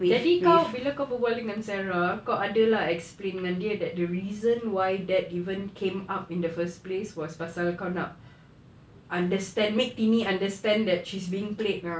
jadi kau bila kau berbual dengan sarah kau adalah explain dengan dia that the reason why that even came up in the first place was pasal kau nak understand make tini understand that she's being played ah